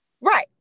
right